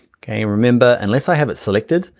okay? and remember, unless i have it selected,